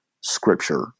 scripture